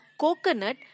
coconut